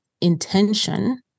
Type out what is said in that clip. intention